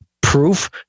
proof